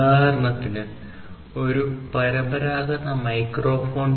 ഉദാഹരണത്തിന് പരമ്പരാഗത മൈക്രോഫോൺ